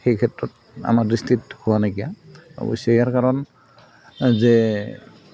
সেই ক্ষেত্ৰত আমাৰ দৃষ্টিত হোৱা নাইকিয়া অৱশ্যে ইয়াৰ কাৰণ যে